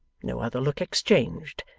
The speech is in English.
no other look exchanged,